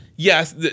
Yes